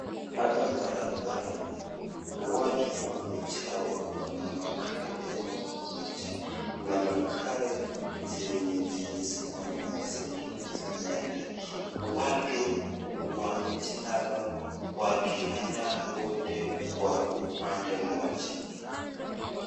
Hapa barabarani watu wamejaa huku na magari pia imejaa huku, kuna magari zenye zimesimama, zingine zinaenda, watu wamejaa hapa wakienda wote kwa upande moja.